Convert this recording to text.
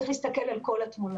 צריך להסתכל על כל התמונה.